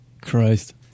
Christ